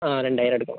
ആ രണ്ടായിരം അടക്കണം